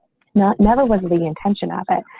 not never wasn't the intention of it,